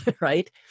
right